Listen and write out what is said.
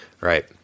Right